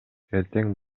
эртең